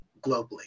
globally